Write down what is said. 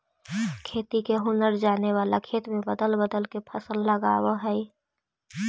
खेती के हुनर जाने वाला खेत में बदल बदल के फसल लगावऽ हइ